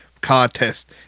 contest